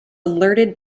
alerted